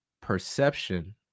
perception